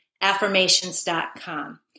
affirmations.com